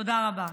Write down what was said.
תודה רבה.